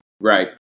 Right